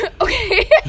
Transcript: okay